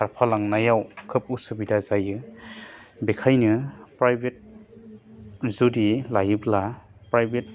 खारफालांनायाव खोब असुबिदा जायो बेखायनो प्राइभेट जुदि लायोब्ला प्राइभेट